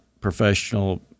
professional